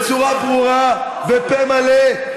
עדיין,